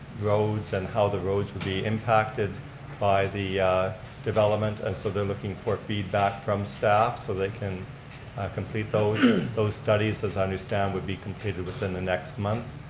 roads and how the roads would be impacted by the development, and so they're looking for feedback from staff so they can complete those those studies, as i understand would be completed within the next month.